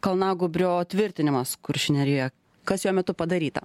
kalnagūbrio tvirtinimas kuršių nerijoje kas jo metu padaryta